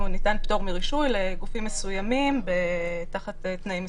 פטור מרישוי לגופים מסוימים תחת תנאים מסוימים.